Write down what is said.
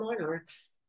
monarchs